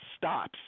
stops